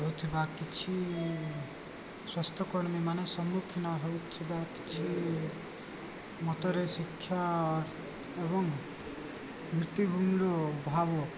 ହେଉଥିବା କିଛି ସ୍ୱାସ୍ଥ୍ୟକର୍ମୀ ମାନ ସମ୍ମୁଖୀନ ହେଉଥିବା କିଛି ମତରେ ଶିକ୍ଷା ଏବଂ ଭିତ୍ତିଭୂମିର ଅଭାବ